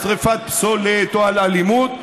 על שרפת פסולת או על אלימות,